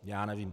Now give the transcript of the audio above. Já nevím.